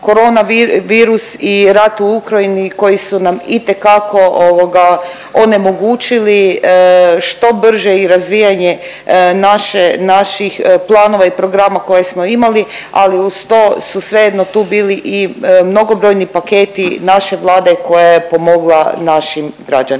koronavirus i rat u Ukrajini koji su nam itekako onemogućili što brže i razvijanje naše, naših planova i programa koja smo imali, ali uz to su svejedno tu bili i mnogobrojni paketi naše Vlade koja je pomogla našim građanima.